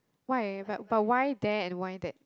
why but but why there and why that